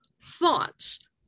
Thoughts